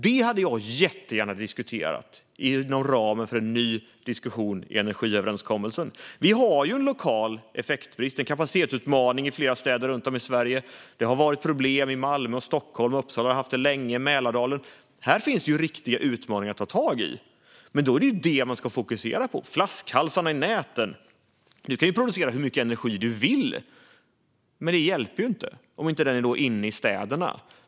Det hade jag jättegärna diskuterat inom ramen för en ny diskussion i energiöverenskommelsen. Vi har ju en lokal effektbrist, en kapacitetsutmaning, i flera städer runt om i Sverige. Det har varit problem i Malmö och Stockholm. Uppsala har haft det länge liksom Mälardalen. Här finns riktiga utmaningar att ta tag i. Men då är det ju flaskhalsarna i näten man ska fokusera på. Du kan producera hur mycket energi du vill, men det hjälper inte om den inte når in i städerna.